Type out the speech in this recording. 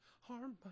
harm